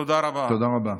תודה רבה.